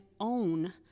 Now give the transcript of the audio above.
own